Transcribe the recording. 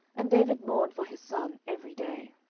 and david mourned for his son every day.